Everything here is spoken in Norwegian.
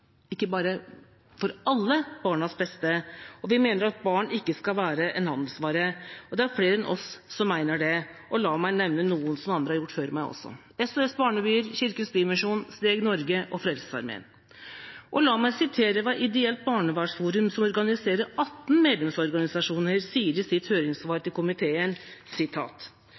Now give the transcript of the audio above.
alle barns beste, og vi mener barn ikke skal være en handelsvare. Flere enn oss mener det. La meg, som andre har gjort før meg, nevne noen: SOS Barnebyer, Kirkens Bymisjon, Steg Norge og Frelsesarmeen. Og la meg sitere hva Ideelt barnevernsforum, som organiserer 18 medlemsorganisasjoner, sier i sitt høringssvar til komiteen: